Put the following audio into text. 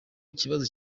ikibazo